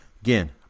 Again